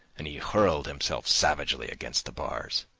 and he hurled himself savagely against the bars.